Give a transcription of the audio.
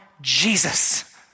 Jesus